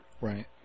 Right